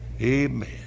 Amen